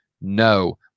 No